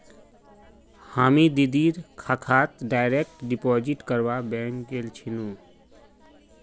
हामी दीदीर खातात डायरेक्ट डिपॉजिट करवा बैंक गेल छिनु